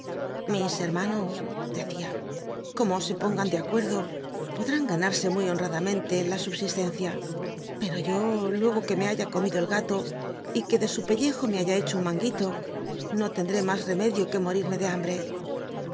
mis hermanos dccia como se pongan de acuerdo podrán ganarse mu y honradamente la subsistencia pero biblioteca nacional de españa yo luego que me haya comido el galo y que de su pellejo me haya hecho un manguito no tendré más reme dio que morirme de hambr